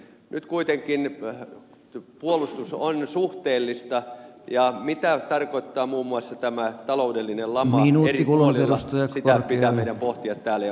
nyt kuitenkin puolustus on suhteellista ja mitä tarkoittaa muun muassa tämä taloudellinen lama eri puolilla sitä pitää meidän pohtia täällä ja se ottaa huomioon